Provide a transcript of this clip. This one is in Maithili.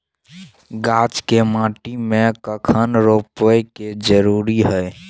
गाछ के माटी में कखन रोपय के जरुरी हय?